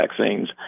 vaccines